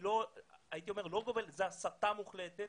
לא גובל אלא הסתה מוחלטת.